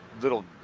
little